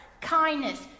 kindness